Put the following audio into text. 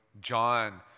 John